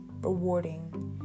rewarding